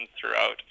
throughout